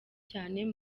cyane